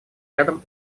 рядом